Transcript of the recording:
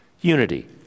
unity